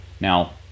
Now